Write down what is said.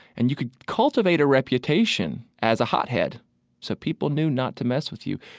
and you could cultivate a reputation as a hothead so people knew not to mess with you,